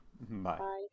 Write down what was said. Bye